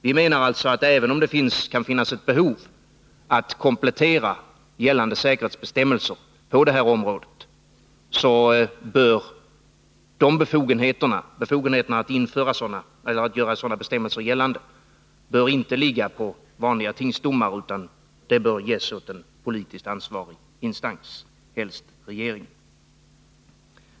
Vi menar alltså att även om det kan finnas behov av att komplettera gällande säkerhetsbestämmelser på detta område, bör befogenheterna att göra sådana bestämmelser gällande inte ligga hos vanliga tingsdomare utan hos en politiskt ansvarig instans, helst regeringen.